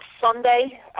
Sunday